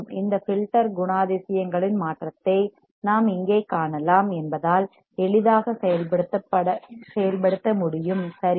இந்த ஃபில்டர் குணாதிசயங்களின் மாற்றத்தை நாம் இங்கே காணலாம் என்பதால் எளிதாக செயல்படுத்த முடியும் சரியா